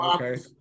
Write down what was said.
Okay